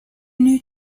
new